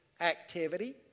Activity